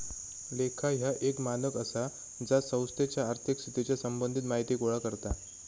लेखा ह्या एक मानक आसा जा संस्थेच्या आर्थिक स्थितीच्या संबंधित माहिती गोळा करता